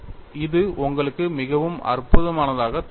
இது உங்களுக்கு மிகவும் அற்பமானதாக தோன்றலாம்